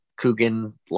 Coogan